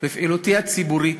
בפעילותי הציבורית